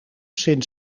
sint